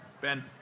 Ben